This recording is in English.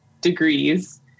degrees